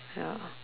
ya